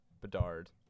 bedard